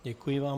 Děkuji vám.